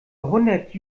hundert